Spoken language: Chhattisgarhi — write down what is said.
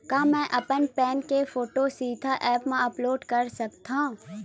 का मैं अपन पैन के फोटू सीधा ऐप मा अपलोड कर सकथव?